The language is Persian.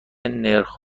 نرخ